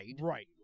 Right